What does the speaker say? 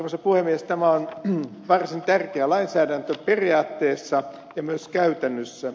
tämä on varsin tärkeä lainsäädäntö periaatteessa ja myös käytännössä